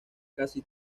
casi